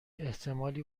احتمالی